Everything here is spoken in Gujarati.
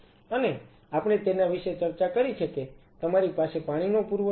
અને આપણે તેના વિશે ચર્ચા કરી છે કે તમારી પાસે પાણીનો પુરવઠો છે